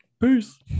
peace